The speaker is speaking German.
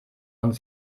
und